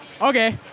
Okay